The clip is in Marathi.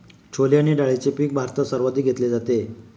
छोले आणि डाळीचे पीक भारतात सर्वाधिक घेतले जाते